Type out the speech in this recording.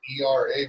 ERA